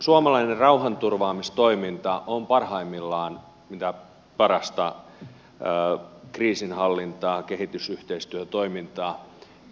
suomalainen rauhanturvaamistoiminta on parhaimmillaan mitä parasta kriisinhallintaa kehitysyhteistyötoimintaa